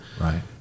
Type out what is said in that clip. right